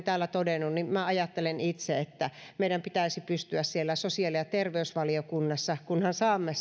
täällä todennut itse ajattelen että meidän pitäisi pystyä siellä sosiaali ja terveysvaliokunnassa kunhan saamme